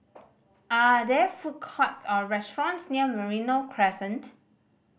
are there food courts or restaurants near Merino Crescent